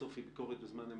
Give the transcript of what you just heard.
בסוף היא ביקורת בזמן אמת,